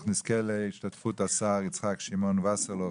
אנחנו נזכה בדיון להשתתפותו של השר יצחק שמעון וסרלאוף,